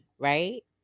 Right